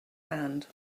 hand